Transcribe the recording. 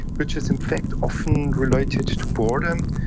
which is in fact often related to boredom.